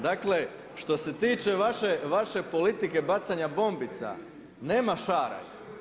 Dakle, što se tiče vaše politike bacanja bombica nema šaranja.